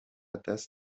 دست